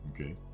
okay